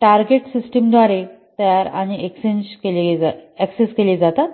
target system द्वारे तयार आणि ऍक्सेस केले जातात